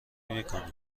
میکنیم